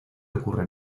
ocurre